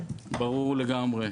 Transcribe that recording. ברור לגמרי.